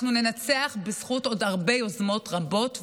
אנחנו ננצח בזכות עוד יוזמות רבות וטובות.